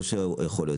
לא יכול להיות,